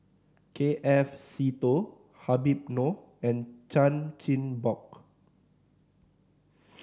K F Seetoh Habib Noh and Chan Chin Bock